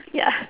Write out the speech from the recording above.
ya